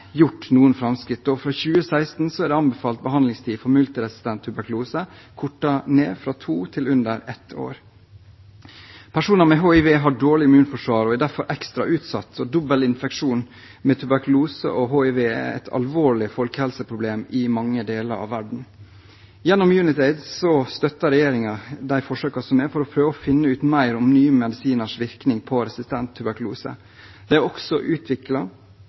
gjort noen framskritt, og fra 2016 er anbefalt behandlingstid for multiresistent tuberkulose kortet ned fra to til under ett år. Personer med hiv har dårlig immunforsvar og er derfor ekstra utsatt. Dobbel infeksjon med tuberkulose og hiv er et alvorlig folkehelseproblem i mange deler av verden. Gjennom Unitaid støtter regjeringen de forsøkene som er, for å finne ut mer om nye medisiners virkning på resistent tuberkulose. Det er også